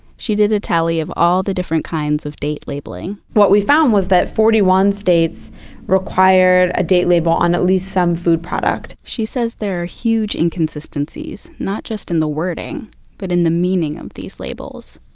she did a tally of all the different kinds of date labeling what we found was that forty one states required a date label on at least some food product she says there are huge inconsistencies, not just in the wording but in the meaning of these labels.